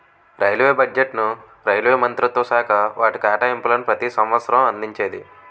railway బడ్జెట్ను railway మంత్రిత్వశాఖ వాటి కేటాయింపులను ప్రతి సంవసరం అందించేది